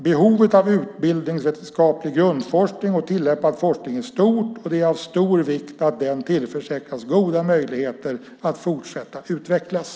Behovet av utbildningsvetenskaplig grundforskning och tillämpad forskning är stort, och det är av stor vikt att den tillförsäkras goda möjligheter att fortsätta utvecklas.